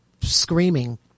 screaming